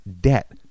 debt